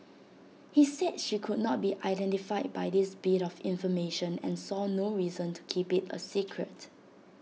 he said she could not be identified by this bit of information and saw no reason to keep IT A secret